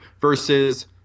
Versus